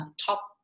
top